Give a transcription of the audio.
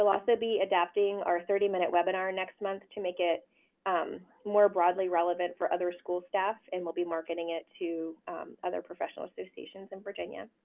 also be adapting our thirty minute webinar next month to make it more broadly relevant to other school staff, and we'll be marketing it to other professional associations in virginia.